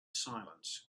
silence